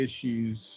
issues